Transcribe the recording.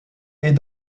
est